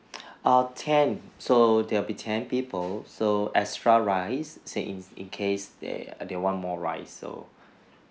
err ten so that'll be ten people so extra rice say in in case they they want more rice so